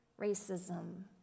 racism